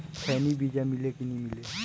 खैनी बिजा मिले कि नी मिले?